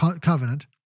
covenant